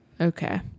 Okay